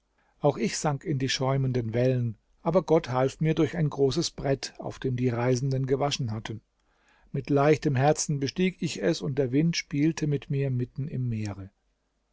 auch ich sank in die schäumenden wellen aber gott half mir durch ein großes brett auf dem die reisenden gewaschen hatten mit leichtem herzen bestieg ich es und der wind spielte mit mir mitten im meere